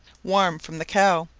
warm from the cow,